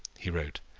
he wrote,